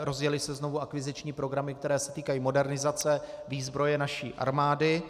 Rozjely se znovu akviziční programy, které se týkají modernizace výzbroje naší armády.